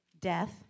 death